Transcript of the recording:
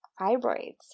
fibroids